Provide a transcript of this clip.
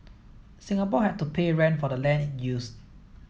Singapore had to pay rent for the land it used